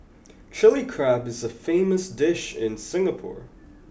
Chilli Crab is a famous dish in Singapore